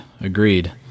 agreed